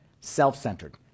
self-centered